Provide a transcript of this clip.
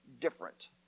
different